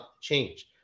change